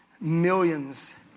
millions